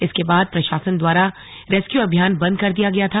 इसके बाद प्रशासन द्वारा रेस्क्यू अभियान बंद कर दिया गया था